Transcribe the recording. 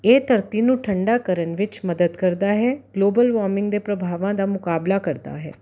ਇਹ ਧਰਤੀ ਨੂੰ ਠੰਡਾ ਕਰਨ ਵਿੱਚ ਮਦਦ ਕਰਦਾ ਹੈ ਗਲੋਬਲ ਵਾਰਮਿੰਗ ਦੇ ਪ੍ਰਭਾਵਾਂ ਦਾ ਮੁਕਾਬਲਾ ਕਰਦਾ ਹੈ